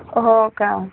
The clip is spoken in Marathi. हो का